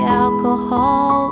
alcohol